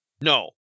No